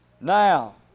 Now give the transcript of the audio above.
Now